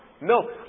No